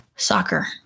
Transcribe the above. Soccer